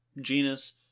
genus